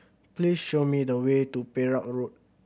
please show me the way to Perak Road